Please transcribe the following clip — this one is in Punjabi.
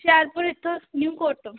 ਹੁਸ਼ਿਆਰਪੁਰ ਇੱਥੋ ਨਿਊਕੋਟ ਤੋਂ